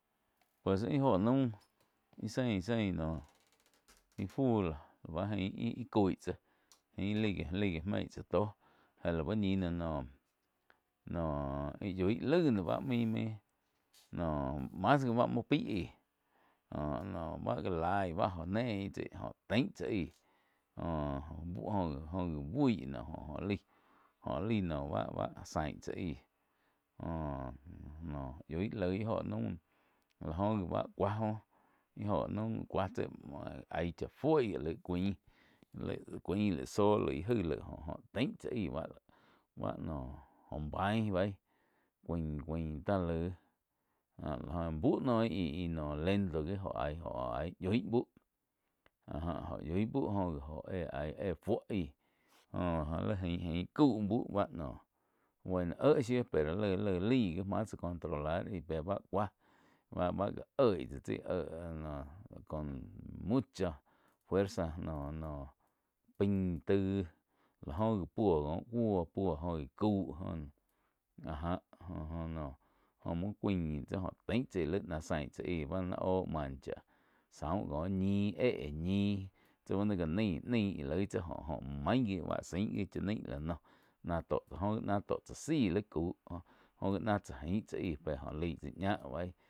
Pues íh óho naum íh sein-sein noh íh fu loh láh báh ain ih-ih coih tsáh ain lai gi-lai gi mein tsá toh jéh lau ñi noh, noh íh yoig laig noh báh main-main noh mas gih báh muoh paih aih joh noh báh gá laih báh joh néig tsi joh tein tsá ahí joh-joh óh gi bui jo-jo laíh noh báh-báh zain tsá aíh joh nóh yoig laig íh joh naum láh góh gi báh cuá joh íh joh naum cuá tsi ain chá fuó aíh laig cuáin laih zóh laíg záh jaig jóh tein tsá aíh báh-báh noh jóh baim béih cuáin-cuáin tá laih buh noh íh lento gih ti joh aí joh aí buh áh jáj joh yoih búh joh éh aí éh fuo aíh- joh laí ain cáu búh báh bueno éh shíu éh lai-lai gi máh tsá controlar aí pé bá cuáh bá-bá gáh oig níh tsi éh no con muchá fuerza noh pain taig láh go gi puo cóh cuóh jo jih caú áh já joh noh muo cuain tsi te sin tsá ih no laih náh zain tsá aí báh óh maña chá zaun cóh ñih éh ñi tsi bá noh gá nain nein loig tsi joh main gi bá zain gi chá naih la noh nah tó jo ji ná tóh tsá zaí li cau jo ná tsá ain tsá aí pé jo laig tsá ñá beí.